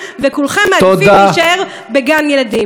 ומה שאת מנסה לעשות עכשיו, תודה.